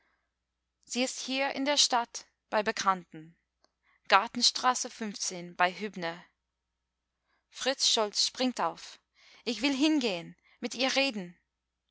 sie ist hier in der stadt bei bekannten gartenstraße bei hübner fritz scholz springt auf ich will hingehen mit ihr reden